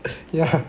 yeah